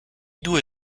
due